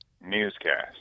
newscast